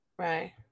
Right